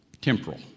temporal